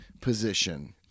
position